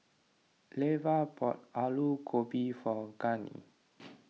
Leva bought Aloo Gobi for Gurney